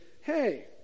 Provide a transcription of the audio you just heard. hey